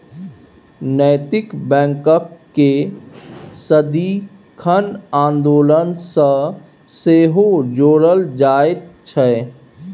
नैतिक बैंककेँ सदिखन आन्दोलन सँ सेहो जोड़ल जाइत छै